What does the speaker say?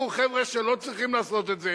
חבר'ה שלא צריכים לעשות את זה,